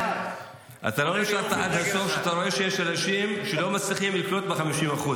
לא נשארת עד הסוף לראות שיש אנשים שלא מצליחים לקנות ב-50%,